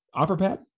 OfferPad